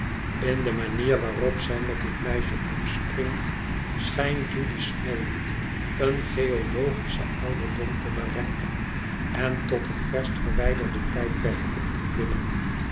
in de manier waarop zij met dit meisje omspringt schijnt judy smallweed een geologischen ouderdom te bereiken en tot het verst verwijderde tijdperk op te klimmen